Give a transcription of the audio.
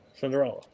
Cinderella